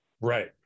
Right